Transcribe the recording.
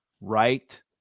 right